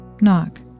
Knock